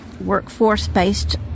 workforce-based